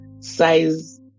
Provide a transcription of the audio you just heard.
size